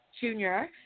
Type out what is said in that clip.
junior